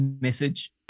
message